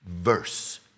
verse